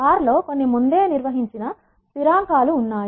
are R లో కొన్ని ముందే నిర్వహించిన స్థిరాంకాలు ఉన్నాయి